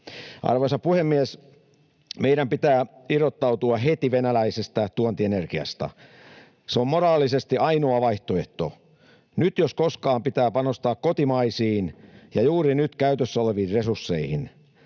Arvoisa puhemies! Meidän pitää irrottautua heti venäläisestä tuontienergiasta. Se on moraalisesti ainoa vaihtoehto. Nyt jos koskaan pitää panostaa kotimaisiin ja juuri nyt käytössä oleviin resursseihin.